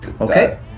okay